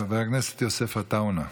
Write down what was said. חבר הכנסת יוסף עטאונה.